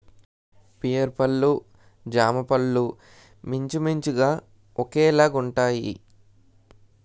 pear పళ్ళు జామపళ్ళు మించుమించుగా ఒకేలాగుంటాయి